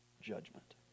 judgment